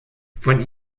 von